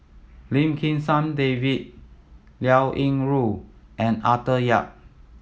Lim Kim San David Liao Yingru and Arthur Yap